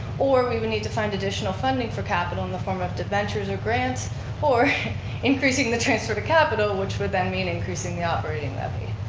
or we would need to find additional funding for capital in the form of debentures or grants or increasing the transfer to capital which would then mean increasing the operating levy.